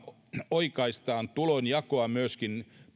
oikaistaan tulonjakoa myöskin